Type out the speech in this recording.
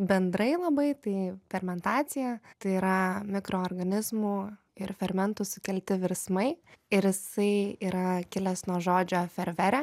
bendrai labai tai fermentacija tai yra mikroorganizmų ir fermentų sukelti virsmai ir jisai yra kilęs nuo žodžio fervere